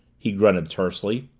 he grunted tersely.